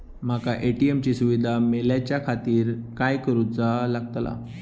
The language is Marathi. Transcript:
माका ए.टी.एम ची सुविधा मेलाच्याखातिर काय करूचा लागतला?